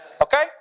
Okay